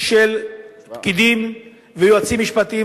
של פקידים ויועצים משפטיים,